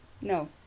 no